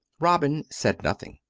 robin said nothing.